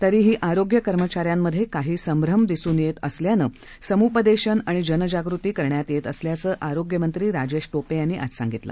तरीही आरोग्य कर्मचा यांमध्ये काही संभ्रम दिसून येत असल्यानं समुपदेशन आणि जनजागृती करण्यात येत असल्याचं आरोग्य मंत्री राजेश टोपे यांनी आज सांगितलं